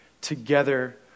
together